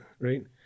right